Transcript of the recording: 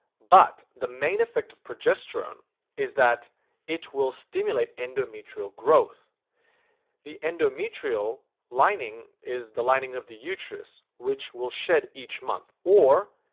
but the main effect of progesterone is that it will stimulate endometrial growth the endometrial lining is the lining of the uterus which will shed each month or